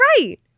right